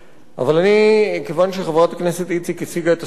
כיוון שחברת הכנסת איציק הציגה את הסוגיה בצורה מצוינת,